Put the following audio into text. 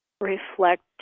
reflect